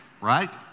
Right